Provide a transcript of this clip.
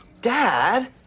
Dad